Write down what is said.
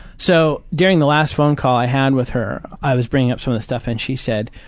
so during the last phone call i had with her, i was bringing up some of the stuff and she said,